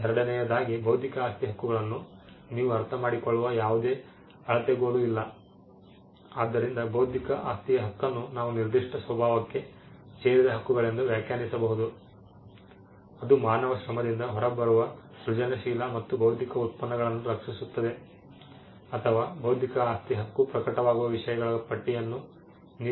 ಎರಡನೆಯದಾಗಿ ಬೌದ್ಧಿಕ ಆಸ್ತಿ ಹಕ್ಕುಗಳನ್ನು ನೀವು ಅರ್ಥಮಾಡಿಕೊಳ್ಳುವ ಯಾವುದೇ ಅಳತೆಗೋಲು ಇಲ್ಲ ಆದ್ದರಿಂದ ಬೌದ್ಧಿಕ ಆಸ್ತಿಯ ಹಕ್ಕನ್ನು ನಾವು ನಿರ್ದಿಷ್ಟ ಸ್ವಭಾವಕ್ಕೆ ಸೇರಿದ ಹಕ್ಕುಗಳೆಂದು ವ್ಯಾಖ್ಯಾನಿಸಬಹುದು ಅದು ಮಾನವ ಶ್ರಮದಿಂದ ಹೊರಬರುವ ಸೃಜನಶೀಲ ಮತ್ತು ಬೌದ್ಧಿಕ ಉತ್ಪನ್ನಗಳನ್ನು ರಕ್ಷಿಸುತ್ತದೆ ಅಥವಾ ಬೌದ್ಧಿಕ ಆಸ್ತಿ ಹಕ್ಕು ಪ್ರಕಟವಾಗುವ ವಿಷಯಗಳ ಪಟ್ಟಿಯನ್ನು ನೀವು ಹೊಂದಬಹುದು